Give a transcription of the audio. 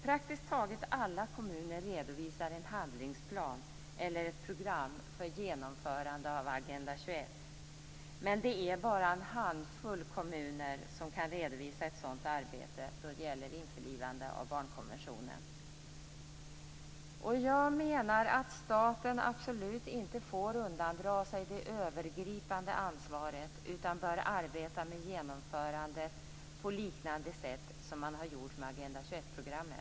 Praktiskt taget alla kommuner redovisar en handlingsplan eller ett program för genomförandet av Agenda 21, men det är bara en handfull kommuner som kan redovisa ett sådant arbete då det gäller ett införlivande av barnkonventionen. Staten får absolut inte undandra sig det övergripande ansvaret utan bör arbeta med genomförandet på liknande sätt som med Agenda 21-programmet.